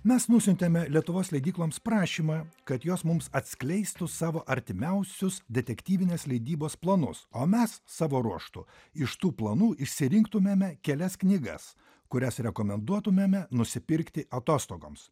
mes nusiuntėme lietuvos leidykloms prašymą kad jos mums atskleistų savo artimiausius detektyvinės leidybos planus o mes savo ruožtu iš tų planų išsirinktumėme kelias knygas kurias rekomenduotumėme nusipirkti atostogoms